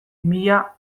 mila